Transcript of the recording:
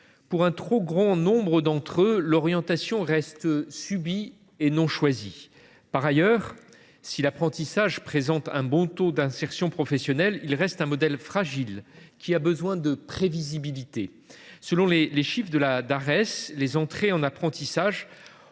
Pour un trop grand nombre d’entre eux, l’orientation reste subie et non pas choisie. Par ailleurs, si l’apprentissage présente un bon taux d’insertion professionnelle, il reste un modèle fragile, qui a besoin de prévisibilité. Selon les chiffres de la Dares, les entrées en apprentissage